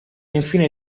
infine